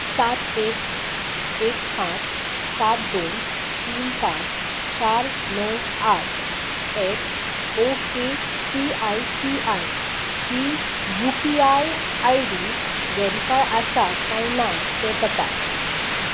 सात एक एक पांच सात दोन तीन पांच चार णव आठ एट ओके सीआयसीआय ही यूपीआय आयडी वॅरिफायड आसा कांय ना तें तपास